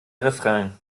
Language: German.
refrain